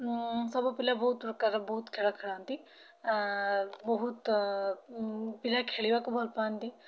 ମୁଁ ସବୁପିଲା ବହୁତ ପ୍ରକାର ବହୁତ ଖେଳ ଖେଳନ୍ତି ବହୁତ ପିଲା ଖେଳିବାକୁ ଭଲପାଆନ୍ତି